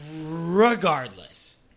Regardless